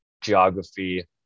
geography